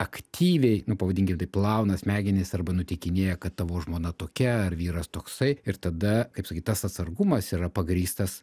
aktyviai pavadinkim taip plauna smegenis arba nuteikinėja kad tavo žmona tokia ar vyras toksai ir tada kaip sakyt tas atsargumas yra pagrįstas